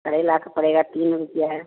करेला का पड़ेगा तीन रुपिया